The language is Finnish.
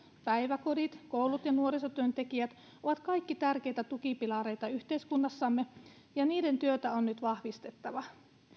päiväkodit koulut ja nuorisotyöntekijät ovat kaikki tärkeitä tukipilareita yhteiskunnassamme ja niiden työtä on nyt vahvistettava